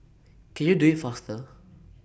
can you do IT faster